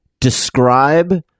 describe